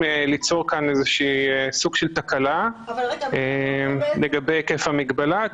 ליצור כאן איזושהי סוג של תקלה לגבי היקף המגבלה,